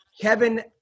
kevin